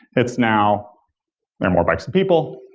it's now and more bikes than people,